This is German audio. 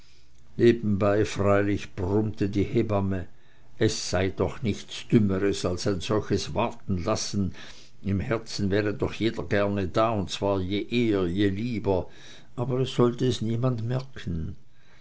nebenbei freilich brummte die hebamme es sei doch nichts dümmeres als ein solches wartenlassen im herzen wäre doch jeder gerne da und zwar je eher je lieber aber es solle es niemand merken